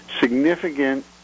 significant